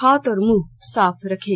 हाथ और मुंह साफ रखे